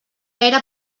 era